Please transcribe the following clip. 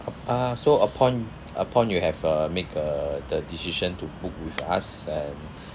ah so upon upon you have uh make uh the decision to book with us and